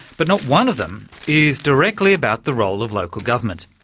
but not one of them is directly about the role of local government.